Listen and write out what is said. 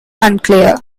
unclear